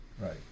right